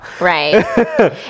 Right